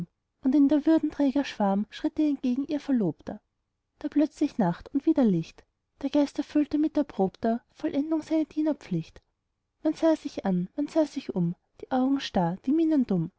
und in der würdenträger schwarm schritt ihr entgegen ihr verlobter da plötzlich nacht und wieder licht der geist erfüllte mit erprobter vollendung seine dienerpflicht man sah sich an man sah sich um die augen starr die